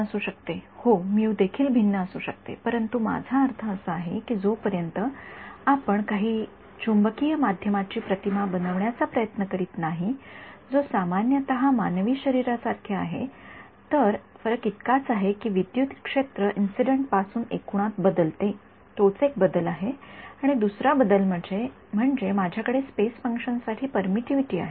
देखील भिन्न असू शकते होय म्यू देखील भिन्न असू शकते परंतु माझा अर्थ असा आहे की जोपर्यंत आपण काही चुंबकीय माध्यमाची प्रतिमा बनविण्याचा प्रयत्न करीत नाही जो सामान्यत मानवी शरीरासारखे तर फरक इतकाच आहे की विद्युत क्षेत्र इंसिडेन्टपासून एकूणात बदलते तोच एक बदल आहे आणि दुसरा बदल म्हणजे माझ्याकडे स्पेस फंक्शन साठी परमिटिव्हिटी आहे